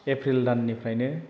April दाननिफ्रायनो